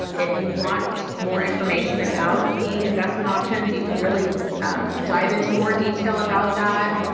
if you want more information about the investment options, you can really dive into more detail about that.